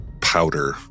powder